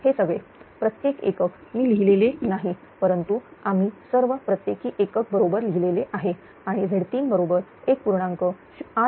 हे सगळे प्रत्येक एकक मी लिहिलेले नाही परंतु आम्ही सर्व प्रत्येकी एकक बरोबर लिहिलेले आहे आणि Z3 बरोबर 1